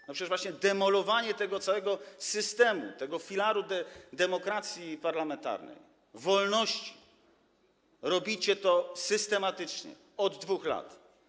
Przecież trwa właśnie demolowanie tego całego systemu, tego filaru demokracji parlamentarnej, wolności - robicie to systematycznie od 2 lat.